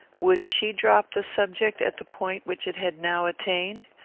would she drop the subject at the point which it had now attained?